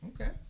Okay